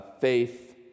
faith